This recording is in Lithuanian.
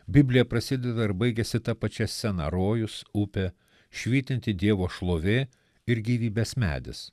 biblija prasideda ir baigiasi ta pačia scena rojus upė švytinti dievo šlovė ir gyvybės medis